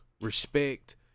respect